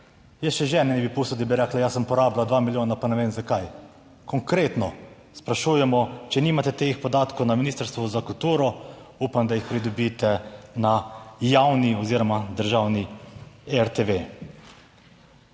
jaz še žene ne bi pustil, da bi rekla, jaz sem porabila 2 milijona, pa ne vem zakaj konkretno sprašujemo, če nimate teh podatkov na Ministrstvu za kulturo, upam, da jih pridobite na javni oziroma državni RTV.